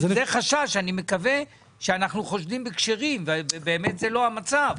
אני מקווה שאנחנו חושדים בכשרים ובאמת זה לא המצב,